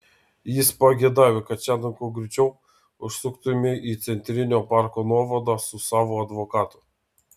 jis pageidauja kad šiandien kuo greičiau užsuktumei į centrinio parko nuovadą su savo advokatu